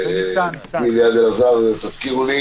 מי ליד אלעזר, תזכירו לי?